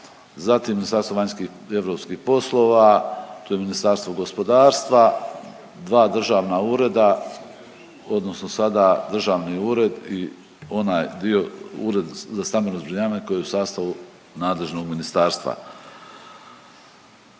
zatim Ministarstvo vanjskih i europskih poslova, tu je Ministarstvo gospodarstva, dva državna ureda odnosno sada državni ured i onaj dio ured za stambeno zbrinjavanje koji je u sastavu nadležnog ministarstva.